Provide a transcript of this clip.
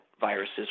viruses